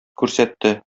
күрсәтте